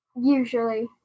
Usually